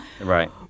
Right